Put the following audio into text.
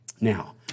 Now